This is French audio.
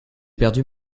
perdu